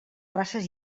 races